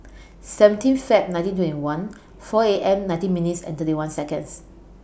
seventeen Feb nineteen twenty one four A M nineteen minutes and thirty one Seconds